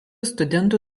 studentų